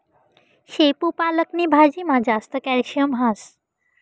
शेपू पालक नी भाजीमा जास्त कॅल्शियम हास